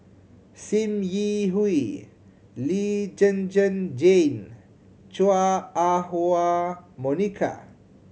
Sim Yi Hui Lee Zhen Zhen Jane Chua Ah Huwa Monica